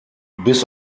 bis